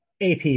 AP